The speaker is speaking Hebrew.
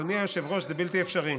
אדוני היושב-ראש, זה בלתי אפשרי.